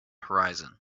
horizon